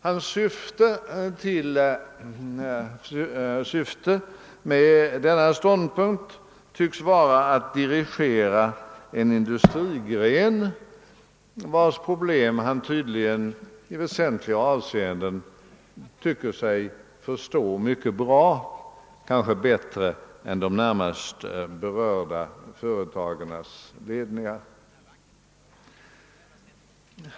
Hans syfte tycks vara att 'dirigera en industrigren, vars problem han tydligen i väsentliga avseendenanser sig förstå mycket bra, kanske bättre än-.de närmast berörda företagens ledningar.